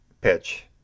pitch